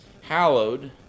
hallowed